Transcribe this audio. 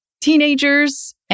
teenagers